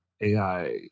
AI